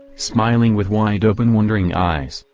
smiling with wide-open wondering eyes,